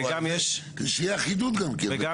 שתהיה אחידות גם כן.